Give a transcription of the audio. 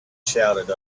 shouted